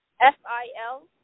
F-I-L